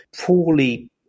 poorly